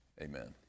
Amen